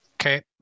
Okay